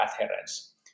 adherence